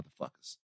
motherfuckers